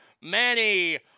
Manny